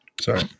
Sorry